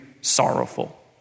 sorrowful